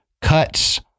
cuts